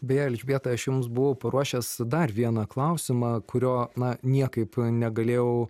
beje elžbieta aš jums buvau paruošęs dar vieną klausimą kurio na niekaip negalėjau